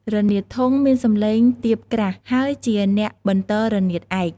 រនាតធុង មានសំឡេងទាបក្រាស់ ហើយជាអ្នកបន្ទររនាតឯក។